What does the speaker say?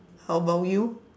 how about you